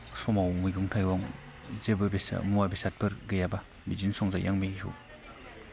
समाव मैगं थाइगं जेबो बेसाद मुवा बेसादफोर गैयाब्ला बिदिनो संजायो आं मेगिखौ